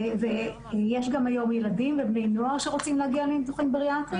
יש היום גם ילדים ובני נוער שרוצים להגיע לניתוחים בריאטריים,